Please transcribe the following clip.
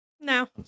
no